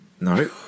No